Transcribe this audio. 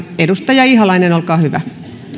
edustaja ihalainen olkaa hyvä arvoisa